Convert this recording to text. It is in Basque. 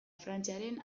frantziaren